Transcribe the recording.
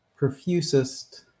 profusest